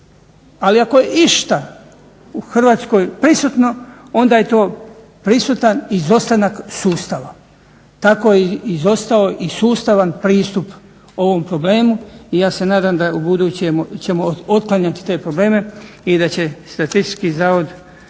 Ali ako je išta u Hrvatskoj prisutno onda je to prisutan izostanak sustava. Tako je izostao i sustavan pristup ovom problemu i ja se nadam da ubuduće ćemo otklanjati te probleme i da će Statistički zavod